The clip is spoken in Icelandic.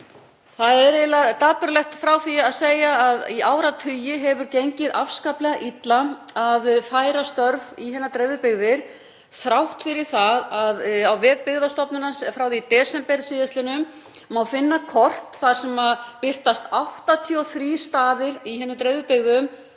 Það er dapurlegt frá því að segja að í áratugi hefur gengið afskaplega illa að færa störf í hinar dreifðu byggðir þrátt fyrir það að á vef Byggðastofnunar, frá því í desember sl., megi finna kort þar sem birtast 83 staðir í hinum dreifðu byggðum